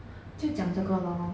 就讲这个 lor